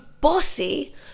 bossy